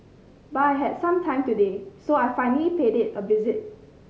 but I had some time today so I finally paid it a visit